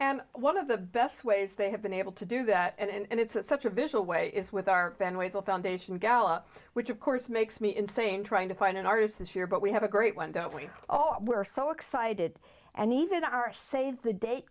and one of the best ways they have been able to do that and it's such a visual way is with our families will foundation gala which of course makes me insane trying to find an artist this year but we have a great one don't we oh we're so excited and even our save the da